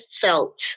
felt